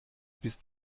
bis